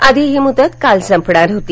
आधी ही मुदत काल संपणार होती